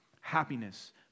happiness